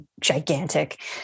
gigantic